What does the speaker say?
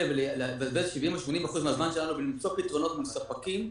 ולבזבז 70% או 80% מהזמן שלנו בלמצוא פתרונות מול ספקים,